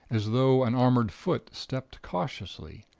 as though an armored foot stepped cautiously.